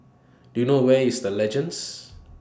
Do YOU know Where IS The Legends